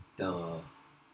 the